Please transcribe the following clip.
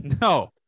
No